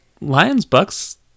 Lions-Bucks